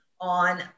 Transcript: on